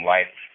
Life